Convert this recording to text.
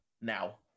now